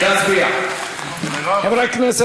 כתוב שהיו פערים בתמונת המודיעין,